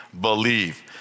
believe